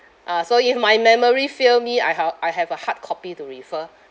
ah so if my memory fail me I ha~ I have a hard copy to refer